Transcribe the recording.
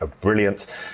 brilliant